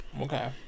Okay